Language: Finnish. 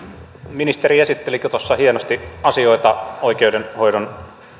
ministeri esittelikin tuossa hienosti asioita oikeudenhoidon